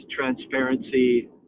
transparency